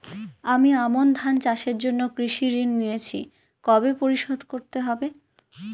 আমি আমন ধান চাষের জন্য কৃষি ঋণ নিয়েছি কবে পরিশোধ করতে হবে?